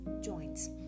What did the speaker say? joints